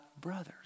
brothers